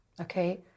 Okay